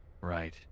Right